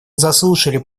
заслушали